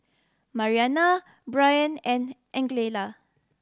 Mariana Bryant and Angella